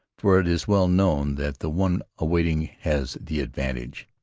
for it is well known that the one awaiting has the advantage.